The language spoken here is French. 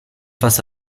face